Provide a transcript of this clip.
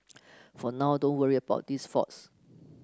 for now don't worry about these faults